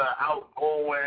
outgoing